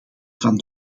van